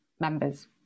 members